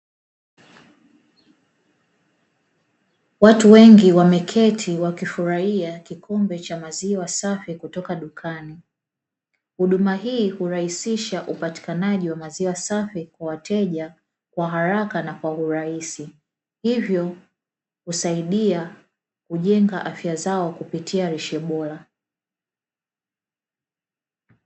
Watu wengi wameketi wakifurahia kikombe cha maziwa safi kutoka dukani. Huduma hii hurahisisha upatikanaji wa maziwa safi kwa wateja kwa haraka na kwa urahisi. Hivyo husaidia kujenga afya zao kupitia lishe bora.